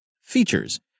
features